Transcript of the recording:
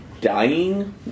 dying